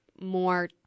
more